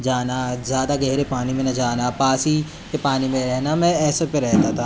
जाना ज़्यादा गहरे पानी में ना जाना पास ही के पानी में रहना मैं ऐसे पे रहता था